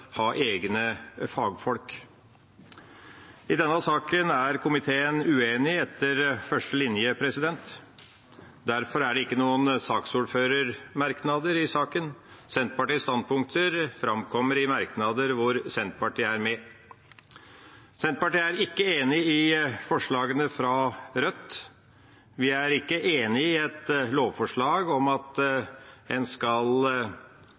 ha egne fagfolk. I denne saken er komiteen uenig etter første linje. Derfor er det ikke noen saksordførermerknader i saken. Senterpartiets standpunkter framkommer i merknader hvor Senterpartiet er med. Senterpartiet er ikke enig i forslagene fra Rødt. Vi er ikke enig i et lovforslag om at en skal